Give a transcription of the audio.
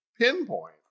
Pinpoint